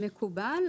מקובל,